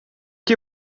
que